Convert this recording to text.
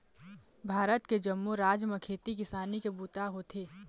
भारत के जम्मो राज म खेती किसानी के बूता होथे